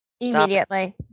immediately